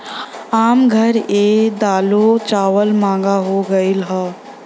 आम घर ए दालो चावल महंगा हो गएल हौ